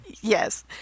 Yes